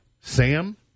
Sam